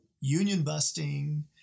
union-busting